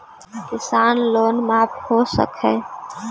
किसान लोन माफ हो सक है?